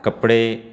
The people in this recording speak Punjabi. ਕੱਪੜੇ